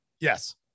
Yes